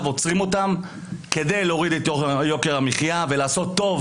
עוצרים אותן כדי להוריד את יוקר המחייה ולעשות טוב